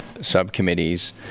subcommittees